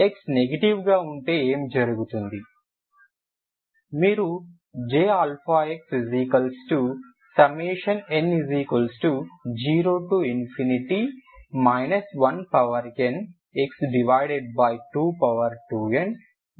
X negative గా ఉంటే ఏమి జరుగుతుంది మీరు Jxn0 1nx22nn